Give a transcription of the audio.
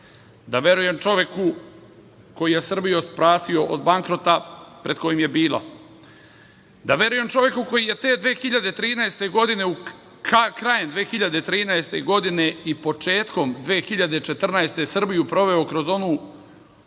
da verujem čoveku koji je Srbiju spasio od bankrota pred kojim je bila, da verujem čoveku koji je krajem 2013. godine i početkom 2014. godine, Srbiju proveo kroz onu